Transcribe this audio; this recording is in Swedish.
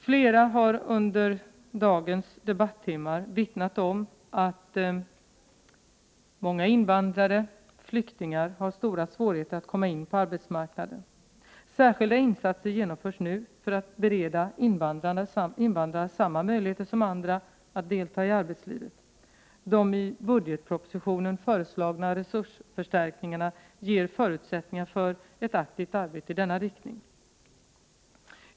Flera talare har under dagens debattimmar vittnat om att många invandrare och flyktingar har stora svårigheter att komma in på arbetsmarknaden. Särskilda insatser genomförs nu för att bereda invandrare samma möjligheter som andra att delta i arbetslivet. De i budgetpropositionen föreslagna resursförstärkningarna ger förutsättningar för ett aktivt arbete i denna riktning.